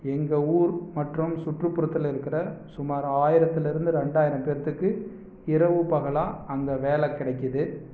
எங்கள் ஊர் மற்றும் சுற்றுப்புறத்தில் இருக்கிற சுமார் ஆயிரத்தில் இருந்து ரெண்டாயிரம் பேர்த்துக்கு இரவு பகலாக அங்கே வேலை கிடைக்குது